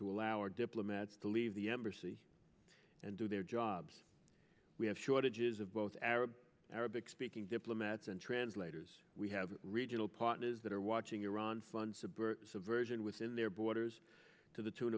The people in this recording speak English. to allow our diplomats to leave the embassy and do their jobs we have shortages of both arab arabic speaking diplomats and translators we have regional partners that are watching iran funds subversion within their borders to the tune